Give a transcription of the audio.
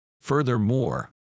Furthermore